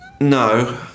no